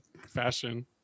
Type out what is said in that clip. fashion